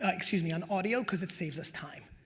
like excuse me, on audio, because it saves us time.